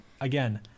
again